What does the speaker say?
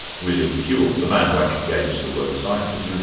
william whewell, the man who actually gave us the word scientist, and